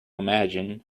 imagine